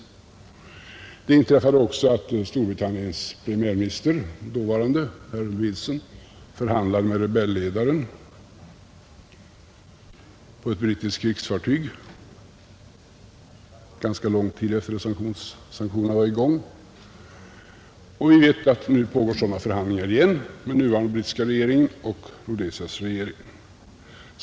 Vidare inträffade det att Storbritanniens dåvarande premiärminister Harold Wilson förhandlade med rebellledaren på ett brittiskt krigsfartyg ganska lång tid efter det att sanktionerna kommit i gång. Och vi vet att nu pågår sådana förhandlingar igen mellan den nuvarande brittiska regeringen och Rhodesias regering.